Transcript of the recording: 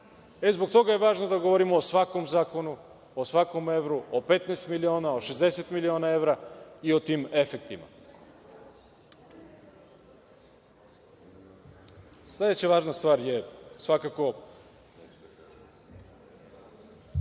Zbog toga je važno da govorimo o svakom zakonu, o svakom evru, o 15 miliona, o 60 miliona evra, i o tim efektima. Sledeća važna stvar je svakako